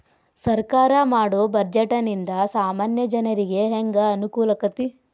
ಸರ್ಕಾರಾ ಮಾಡೊ ಬಡ್ಜೆಟ ನಿಂದಾ ಸಾಮಾನ್ಯ ಜನರಿಗೆ ಹೆಂಗ ಅನುಕೂಲಕ್ಕತಿ?